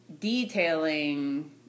Detailing